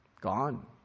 Gone